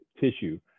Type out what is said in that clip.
tissue